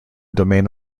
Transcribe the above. domain